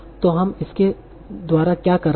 तो हम इसके द्वारा क्या कर रहे हैं